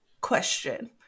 question